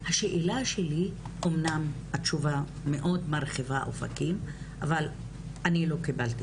אומנם התשובה מרחיבה אופקים, אבל אני לא קיבלתי